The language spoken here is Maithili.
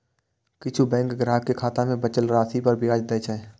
किछु बैंक ग्राहक कें खाता मे बचल राशि पर ब्याज दै छै